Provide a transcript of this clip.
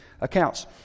accounts